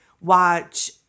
watch